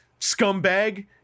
scumbag